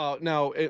now